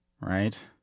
Right